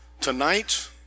tonight